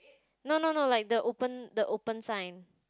no no no like the open the open sign